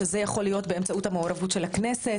שזה יכול להיות באמצעות המעורבות של הכנסת,